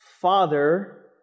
Father